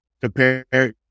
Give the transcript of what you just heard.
compare